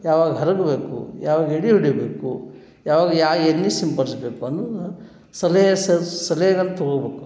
ಯಾವಾಗ ಹರಡಬೇಕು ಯಾವಾಗ ಎಡೆ ಹೊಡಿಬೇಕು ಯಾವಾಗ ಎಣ್ಣೆ ಸಿಂಪಡಿಸ್ಬೇಕು ಅನ್ನೋದು ಸಲಹೆ ಸಲಹೆಗಳನ್ನ ತಗೊಳ್ಬೇಕು